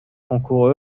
concours